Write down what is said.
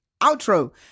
outro